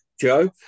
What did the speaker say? Joe